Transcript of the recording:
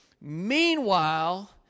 Meanwhile